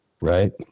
Right